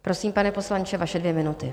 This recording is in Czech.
Prosím, pane poslanče, vaše dvě minuty.